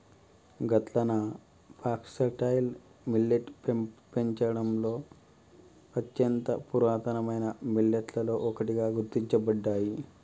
గట్లన foxtail millet పెపంచంలోని అత్యంత పురాతనమైన మిల్లెట్లలో ఒకటిగా గుర్తించబడ్డాయి